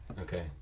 Okay